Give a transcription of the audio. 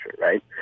right